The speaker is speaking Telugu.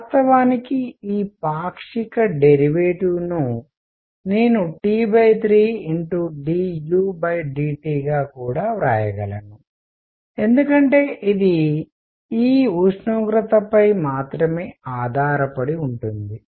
వాస్తవానికి ఈ పాక్షిక డెరివేటివ్ ను నేను T3dudTగా కూడా వ్రాయగలను ఎందుకంటే ఇది ఈ ఉష్ణోగ్రతపై మాత్రమే ఆధారపడి ఉంటుంది